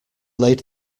laid